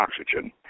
oxygen